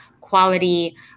quality